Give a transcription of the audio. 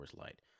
Light